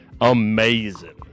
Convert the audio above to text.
Amazing